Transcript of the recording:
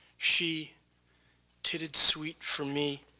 she titted sweet for me,